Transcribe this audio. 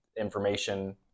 information